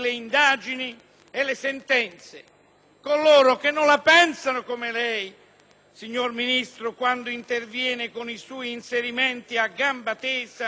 signor Ministro, quando interviene con i suoi inserimenti a gamba tesa per chiedere trasferimenti o espulsioni dalla magistratura